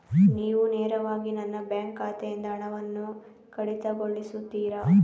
ನೀವು ನೇರವಾಗಿ ನನ್ನ ಬ್ಯಾಂಕ್ ಖಾತೆಯಿಂದ ಹಣವನ್ನು ಕಡಿತಗೊಳಿಸುತ್ತೀರಾ?